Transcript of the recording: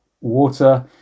water